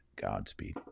Godspeed